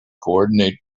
coordinate